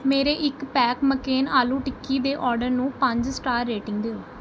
ਮੇਰੇ ਇੱਕ pack McCain aloo tikki ਦੇ ਔਡਰ ਨੂੰ ਪੰਜ ਸਟਾਰ ਰੇਟਿੰਗ ਦਿਓ